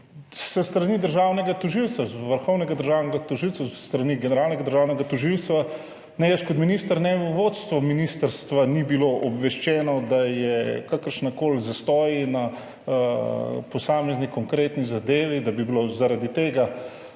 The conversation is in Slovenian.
s strani državnega tožilstva, vrhovnega državnega tožilstva, generalnega državnega tožilstva ne jaz kot minister ne vodstvo ministrstva ni bilo obveščeno, da je kakršenkoli zastoj na posamezni konkretni zadevi, da bi bilo zaradi tega